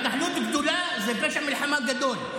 התנחלות גדולה זה פשע מלחמה גדול.